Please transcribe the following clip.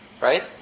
Right